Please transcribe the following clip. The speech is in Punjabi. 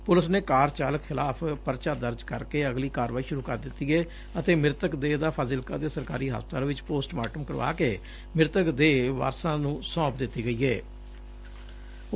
ਪੁਲਿਸ ਨੇ ਕਾਰ ਚਾਲਕ ਖਿੱਲਾਫ ਪਰਚਾ ਦਰਜ ਕਰ ਕੇ ਅਗਲੀ ਕਾਰਵਾਈ ਸ਼ੁਰੁ ਕਰ ਦਿੱਤੀ ਏ ਅਤੇ ਮ੍ਰਿਤਕ ਦੇਹ ਦਾ ਫਾਜਿਲਕਾ ਦੇ ਸਰਕਾਰੀ ਹਸਪਤਾਲ 'ਚ ਪੋਸਟਮਾਰਟਮ ਕਰਵਾ ਕੇ ਮ੍ਰਿਤਕ ਦੇਹ ਪਰਿਵਾਰ ਵਾਲਿਆਂ ਨੂੰ ਸੋਪ ਦਿੱਤੀ ਗਈ ਏ